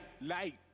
light